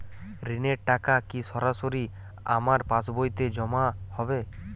ঋণের টাকা কি সরাসরি আমার পাসবইতে জমা হবে?